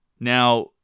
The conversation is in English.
Now